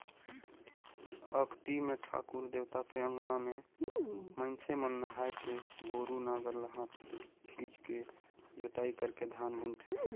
अक्ती मे ठाकुर देवता के अंगना में मइनसे मन नहायके गोरू नांगर ल हाथे खिंचके जोताई करके धान बुनथें